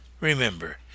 Remember